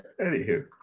anywho